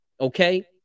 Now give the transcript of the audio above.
okay